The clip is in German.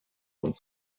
und